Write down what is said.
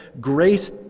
grace